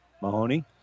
Mahoney